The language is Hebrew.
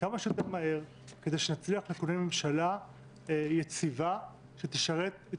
כמה שיותר מהר כדי שנצליח לכונן ממשלה יציבה שתשרת את